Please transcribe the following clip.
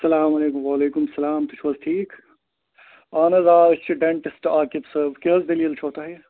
اَسلامُ علیکُم وعلیکُم سلام تُہۍ چھُو حظ ٹھیٖک اَہَن حظ آ أسۍ چھِ ڈٮ۪نٹِسٹ عاقِب صٲب کیٛاہ حظ دٔلیٖل چھو تۄہہِ